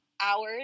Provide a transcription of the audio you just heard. hours